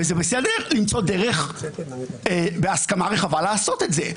וזה בסדר למצוא דרך בהסכמה רחבה לעשות את זה.